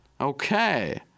Okay